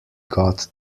got